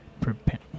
Prepare